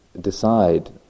decide